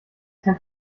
kein